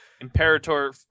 Imperator